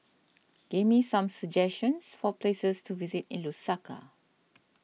give me some suggestions for places to visit in Lusaka